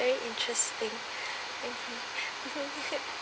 very interesting